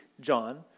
John